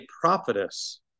prophetess